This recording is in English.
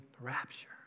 rapture